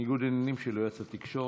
ניגוד עניינים של יועץ התקשורת.